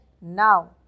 now